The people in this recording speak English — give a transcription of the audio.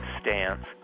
stance